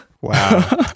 wow